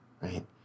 Right